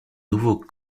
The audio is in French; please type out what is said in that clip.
nouveau